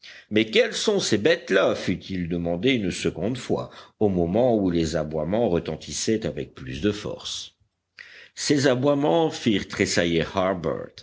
mais quelles sont ces bêtes-là fut-il demandé une seconde fois au moment où les aboiements retentissaient avec plus de force ces aboiements